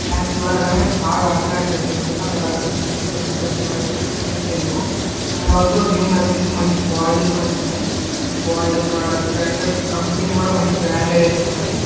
and చూడగానే బాగా attract అయిపోయిన ఎందుకంటే అలాంటి జీన్సును అయితే ఇంతవరకు అయితే యూజ్ చేయాలేను అండ్ ఆల్సో జీన్సు వచ్చేసి మంచి క్వాలిటీతోనైతే ఉన్నాయి మంచి క్వాలిటీ ప్రొడక్ట్ అండ్ కంపెనీ కూడా మంచి బ్రాండెడ్ అయితే ఉన్నది